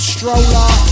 Stroller